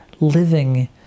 living